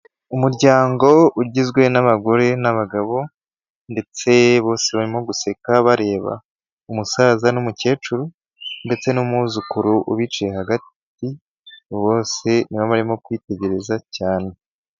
Umuryango ugizwe n'abagore n'abagabo ndetse bose barimo guseka bareba umusaza n'umukecuru ndetse n'umwuzukuru ubiciye hagati, bose ni we barimo kwitegereza cyane.